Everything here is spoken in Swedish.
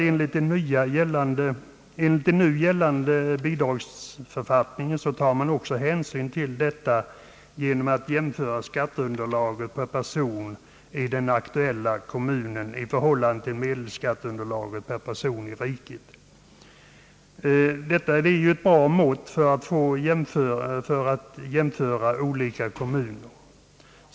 Enligt nu gällande bidragsförfattning tar man hänsyn även till detta genom att jämföra skatteunderlaget per person i den aktuella kommunen och medelskatteunderlaget per person i riket. Detta är ju ett bra mått när det gäller att jämföra olika kommuner.